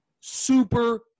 super